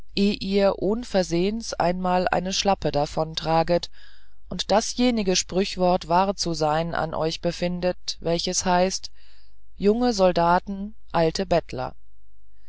ihr ohnversehens einmal eine schlappe davontraget und dasjenige sprüchwort wahr zu sein an euch befindet welches heißt junge soldaten alte bettler